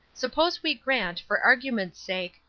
suppose we grant, for argument's sake,